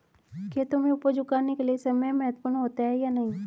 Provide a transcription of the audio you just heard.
खेतों में उपज उगाने के लिये समय महत्वपूर्ण होता है या नहीं?